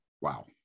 wow